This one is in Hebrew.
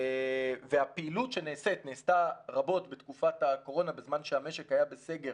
והפעילות שנעשית נעשתה רבות בתקופת הקורונה בזמן שהמשק היה בסגר